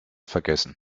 vergessen